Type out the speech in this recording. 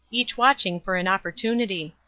each watching for an opportunity.